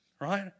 right